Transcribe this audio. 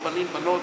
בנות.